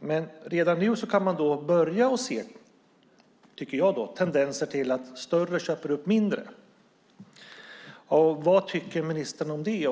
Men redan nu börjar man se en tendens till att större köper upp mindre. Vad tycker ministern om det?